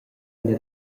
ina